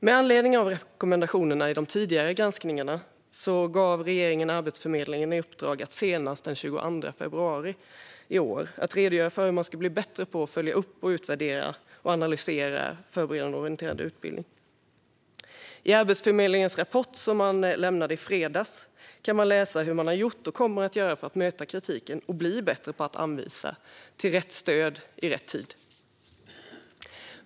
Med anledning av rekommendationerna i de tidigare granskningarna gav regeringen Arbetsförmedlingen i uppdrag att senast den 22 februari i år redogöra för hur man ska bli bättre på att följa upp, utvärdera och analysera Förberedande och orienterande utbildning. I Arbetsförmedlingens rapport som lämnades i fredags kan man läsa hur man har gjort och kommer att göra för att möta kritiken och bli bättre på att anvisa till rätt stöd i rätt tid.